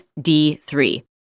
D3